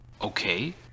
okay